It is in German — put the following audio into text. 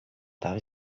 darf